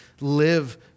live